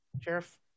Sheriff